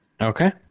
Okay